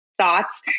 thoughts